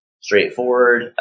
straightforward